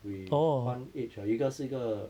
with edge ah 有一个是一个